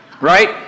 Right